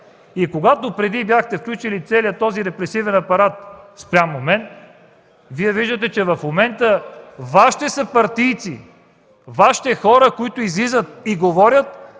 ред. Преди бяхте включили целия този репресивен апарат спрямо мен, а Вие виждате, че в момента Вашите съпартийци, Вашите хора, които излизат и говорят,